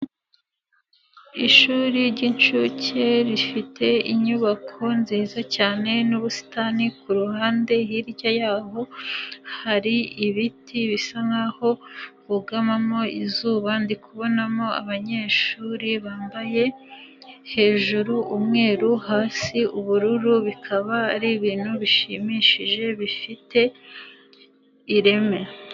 Ishuri ry'inshuke rifite inyubako nziza cyane n'ubusitani ku ruhande, hirya yaho hari ibiti bisa nk'aho bugamamo izuba, ndikubonamo abanyeshuri bambaye hejuru umweru, hasi ubururu bikaba ari ibintu bishimishije bifite ireme.